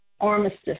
Armistice